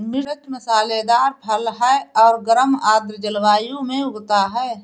मिर्च मसालेदार फल है और गर्म आर्द्र जलवायु में उगता है